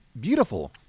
beautiful